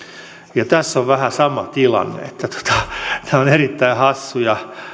ja tässä on vähän sama tilanne että tämä on erittäin hassua ja